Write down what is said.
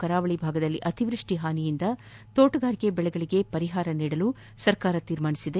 ಕರಾವಳಿ ಭಾಗದಲ್ಲಿ ಅತಿವೃಷ್ಷಿಯಿಂದ ಹಾನಿಯಾಗಿರುವ ತೋಟಗಾರಿಕೆ ಬೆಳೆಗಳಿಗೆ ಪರಿಹಾರ ನೀಡಲು ಸರ್ಕಾರ ತೀರ್ಮಾನಿಸಿದೆ